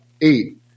eight